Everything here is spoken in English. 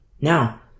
Now